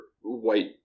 white